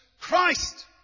Christ